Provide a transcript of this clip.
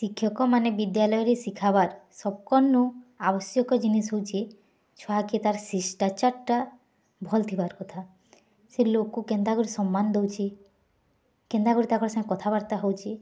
ଶିକ୍ଷକମାନେ ବିଦ୍ୟାଳୟରେ ଶିଖାବାର୍ ସବ୍କରନୁ ଆବଶ୍ୟକ ଜିନିଷ୍ ହେଉଛି ଛୁଆକେ ତାର୍ ଶିଷ୍ଟାଚାର୍ଟା ଭଲ୍ଥିବାର୍ କଥା ସେ ଲୋକ୍କୁ କେନ୍ତା କରି ସମ୍ମାନ ଦଉଚି କେନ୍ତା କରି ତାଙ୍କର୍ ସାଙ୍ଗେ କଥାବାର୍ତ୍ତା ହଉଚି